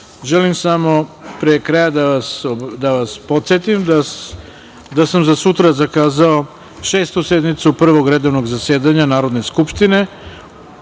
želim samo pre kraja da vas podsetim da sam za sutra zakazao Šestu sednicu Prvog redovnog zasedanja Narodne skupštine